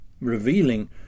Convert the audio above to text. revealing